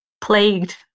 plagued